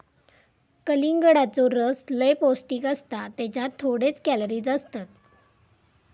कलिंगडाचो रस लय पौंष्टिक असता त्येच्यात थोडेच कॅलरीज असतत